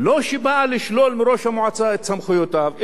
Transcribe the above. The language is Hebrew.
לא שהיא באה לשלול מראש המועצה את סמכויותיו,